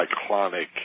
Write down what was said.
cyclonic